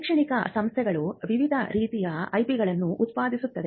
ಶೈಕ್ಷಣಿಕ ಸಂಸ್ಥೆಗಳು ವಿವಿಧ ರೀತಿಯ ಐಪಿಗಳನ್ನು ಉತ್ಪಾದಿಸುತ್ತವೆ